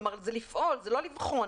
כלומר זה לפעול, זה לא לבחון.